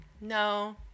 No